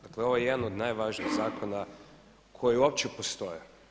Dakle ovo je jedan od najvažnijih zakona koji uopće postoje.